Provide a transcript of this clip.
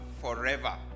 forever